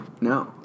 No